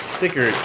Sticker